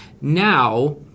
now